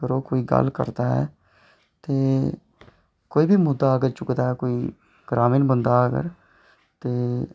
करो कोई गल्ल करदा ऐ ते कोई बी मुद्दा अगर चुकदा कोई ग्रामीण बंदा ते